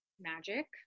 magic